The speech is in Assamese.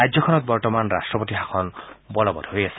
ৰাজ্যখনত বৰ্তমান ৰাষ্ট্ৰপতি শাসন বলবত হৈ আছে